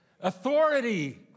authority